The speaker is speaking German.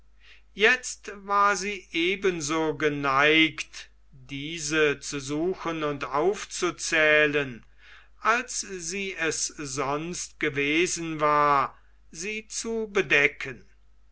jetzt war sie ebenso geneigt diese zu suchen und aufzuzählen als sie es sonst gewesen war sie zu bedecken